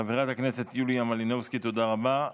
חברת הכנסת יוליה מלינובסקי, תודה רבה.